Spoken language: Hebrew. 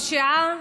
הפשיעה,